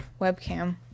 webcam